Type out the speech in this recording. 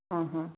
ಹಾಂ ಹಾಂ